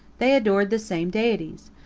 they adored the same deities.